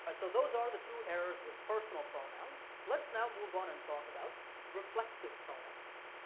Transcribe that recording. but so those are the two errors with personal pronouns. let's now move on and talk about reflexive pronouns.